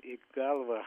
į galvą